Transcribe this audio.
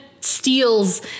steals